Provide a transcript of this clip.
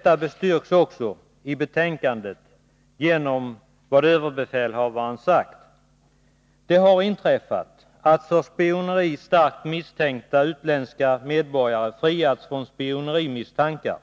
Detta bekräftas också i betänkandet genom det överbefälhavaren har sagt. Det har inträffat att för spioneri starkt misstänkta utländska medborgare friats från spionerimisstankar.